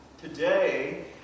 Today